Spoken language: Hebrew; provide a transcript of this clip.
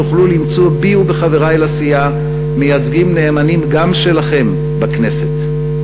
תוכלו למצוא בי ובחברי לסיעה מייצגים נאמנים גם שלכם בכנסת.